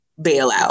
bailout